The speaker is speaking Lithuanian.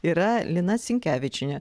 yra lina sinkevičienė